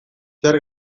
zer